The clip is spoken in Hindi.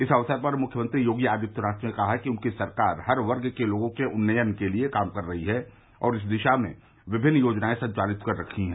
इस अवसर पर मुख्यमंत्री योगी आदित्यनाथ ने कहा कि उनकी सरकार हर वर्ग के लोगों के उन्नयन के लिये काम कर रही है और इस दिशा में विभिन्न योजनाए संचालित कर रखी है